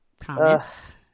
comments